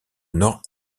nord